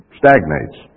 stagnates